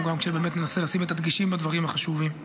גם כשננסה לשים את הדגשים בדברים החשובים.